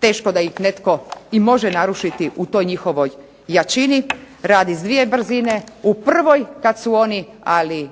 teško da ih netko i može narušiti u toj njihovoj jačini radi s svije brzine. U prvoj kada su oni ali